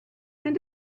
and